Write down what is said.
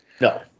No